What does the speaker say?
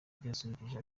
ryasusurukije